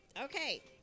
Okay